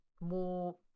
More